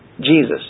Jesus